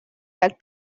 that